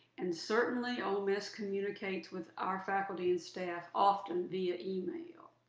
and certainly, ole miss communicates with our faculty and staff often via email.